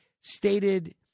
stated